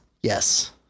Yes